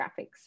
graphics